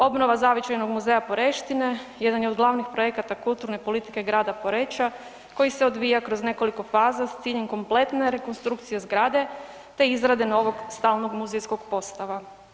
Obnova Zavičajnog muzeja POreštine jedan je od glavnih projekata kulturne politike Grada Poreča koji se odvija kroz nekoliko faza s ciljem kompletne rekonstrukcije zgrade te izrade novog stalnog muzejskog postava.